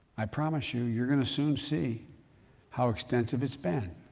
i promise you, you're going to soon see how extensive it's been.